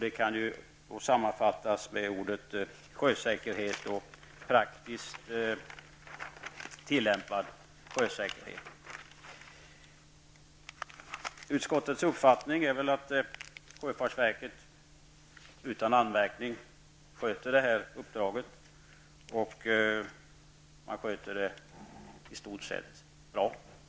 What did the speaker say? Det kan sammanfattas som sjösäkerhet och praktiskt tillämpad sjösäkerhet. Utskottets uppfattning är väl att sjöfartsverket utan anmärkning sköter det här uppdraget, och man sköter det i stort sett bra.